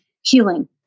healing